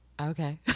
Okay